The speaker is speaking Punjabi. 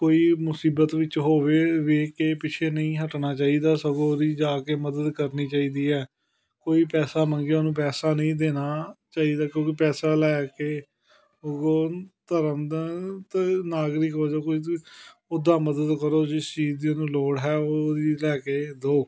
ਕੋਈ ਮੁਸੀਬਤ ਵਿੱਚ ਹੋਵੇ ਵੇਖ ਕੇ ਪਿੱਛੇ ਨਹੀਂ ਹਟਣਾ ਚਾਹੀਦਾ ਸਗੋਂ ਉਹਦੀ ਜਾ ਕੇ ਮਦਦ ਕਰਨੀ ਚਾਹੀਦੀ ਹੈ ਕੋਈ ਪੈਸਾ ਮੰਗੇ ਉਹਨੂੰ ਪੈਸਾ ਨਹੀਂ ਦੇਣਾ ਚਾਹੀਦਾ ਕਿਉਂਕਿ ਪੈਸਾ ਲੈ ਕੇ ਉਹ ਧਰਮ ਦਾ ਤ ਨਾਗਰਿਕ ਹੋ ਜਾ ਕੋਈ ਉੱਦਾਂ ਮਦਦ ਕਰੋ ਜਿਸ ਚੀਜ਼ ਦੀ ਉਹਨੂੰ ਲੋੜ ਹੈ ਉਹ ਉਹਦੀ ਲੈ ਕੇ ਦੋ